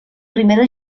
primera